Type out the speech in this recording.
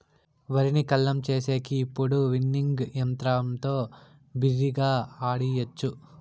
వరిని కల్లం చేసేకి ఇప్పుడు విన్నింగ్ యంత్రంతో బిరిగ్గా ఆడియచ్చు